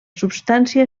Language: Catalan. substància